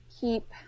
keep